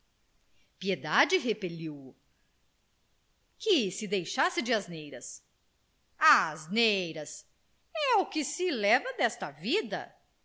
piedade repeliu o que se deixasse de asneiras asneiras é o que se leva desta vida